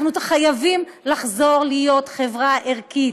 אנחנו חייבים לחזור להיות חברה ערכית,